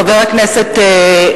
חבר הכנסת,